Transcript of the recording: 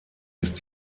ist